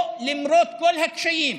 או, למרות כל הכשלים,